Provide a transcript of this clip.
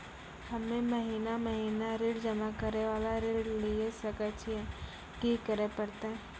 हम्मे महीना महीना ऋण जमा करे वाला ऋण लिये सकय छियै, की करे परतै?